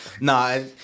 No